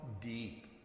deep